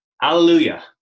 Hallelujah